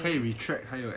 可以 retract 还有 extend